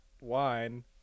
wine